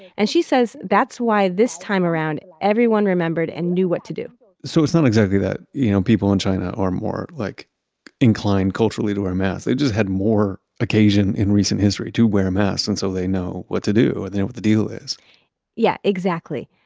and she says that's why this time around, everyone remembered and knew what to do so it's not exactly that you know people in china are more like inclined culturally to wear masks. they just had more occasions in recent history to wear masks and so they know what to do. they know what the deal is yeah, exactly.